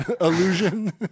illusion